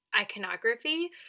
iconography